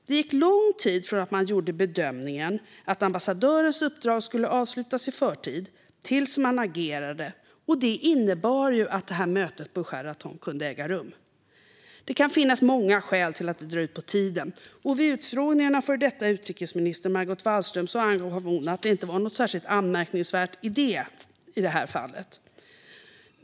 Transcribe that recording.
Det gick lång tid från det att man gjorde bedömningen att ambassadörens uppdrag skulle avslutas i förtid till det att man agerade, och detta innebar att mötet på Sheraton kunde äga rum. Det kan finnas många skäl till att det drar ut på tiden, och vid utfrågningen av den före detta utrikesministern Margot Wallström angav hon att det inte var något särskilt anmärkningsvärt med det i detta fall.